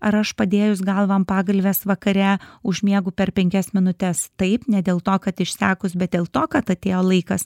ar aš padėjus galvą ant pagalvės vakare užmiegu per penkias minutes taip ne dėl to kad išsekus bet dėl to kad atėjo laikas